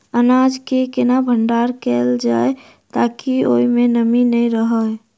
अनाज केँ केना भण्डारण कैल जाए ताकि ओई मै नमी नै रहै?